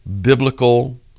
biblical